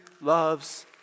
loves